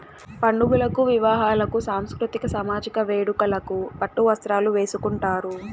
పండుగలకు వివాహాలకు సాంస్కృతిక సామజిక వేడుకలకు పట్టు వస్త్రాలు వేసుకుంటారు